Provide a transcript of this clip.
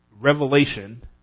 Revelation